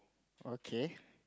okay